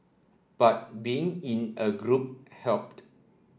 but being in a group helped